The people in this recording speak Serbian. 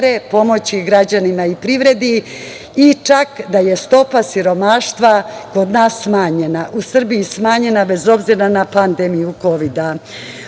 pomoći građanima i privredi i čak da je stopa siromaštva u Srbiji smanjena bez obzira na pandemiju Kovida.U